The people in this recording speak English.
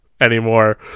anymore